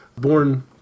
born